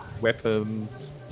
weapons